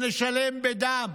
שנשלם עליהם בדם.